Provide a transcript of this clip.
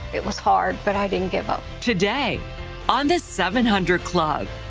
it was hard but i didn't give up. today on the seven hundred club.